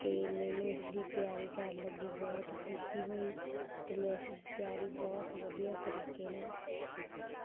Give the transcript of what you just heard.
ਅਤੇ ਮੈਨੂੰ ਇਸ ਦੀ ਤਿਆਰੀ ਕਰਨ ਲੱਗੇ ਬਹੁਤ ਖੁਸ਼ੀ ਹੋਈ ਅਤੇ ਮੈਂ ਇਸਦੀ ਤਿਆਰੀ ਬਹੁਤ ਵਧੀਆ ਤਰੀਕੇ ਨਾਲ ਕੀਤੀ